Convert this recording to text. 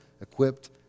equipped